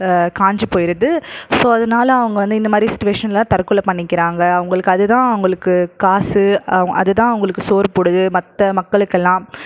காஞ்சி போயிருது ஸோ அதனால அவங்க வந்து இந்த மாதிரி சுச்சிவேஷனில் தற்கொலை பண்ணிக்கிறாங்க அவங்களுக்கு அது தான் அவங்களுக்கு காசு அது தான் அவங்களுக்கு சோறு போடுது மற்ற மக்களுக்கெல்லாம்